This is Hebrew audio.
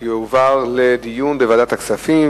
תועבר לדיון בוועדת הכספים.